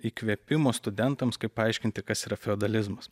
įkvėpimo studentams kaip paaiškinti kas yra feodalizmas